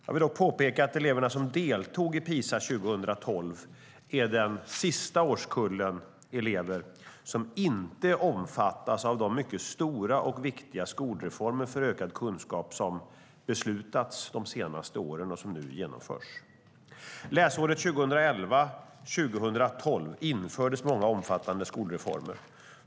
Jag vill dock påpeka att eleverna som deltog i PISA 2012 är den sista årskull elever som inte omfattats av de mycket stora och viktiga skolreformer för ökad kunskap som beslutats de senaste åren och nu genomförs. Läsåret 2011/12 infördes många omfattande skolreformer.